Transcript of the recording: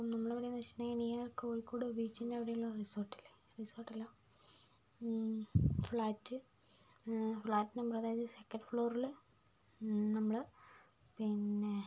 നമ്മളെവിടെയാന്ന് വെച്ചിട്ടുണ്ടെൽ നിയർ കോഴിക്കോട് ബീച്ചിൻ്റെ അവിടെയുള്ള റിസോർട്ടില്ലേ റിസോർട്ടില ഫ്ലാറ്റ് ഫ്ലാറ്റ് നമ്പർ അതായത് സെക്കൻഡ് ഫ്ലോറില് നമ്മള് പിന്നെ